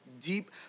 deep